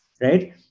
right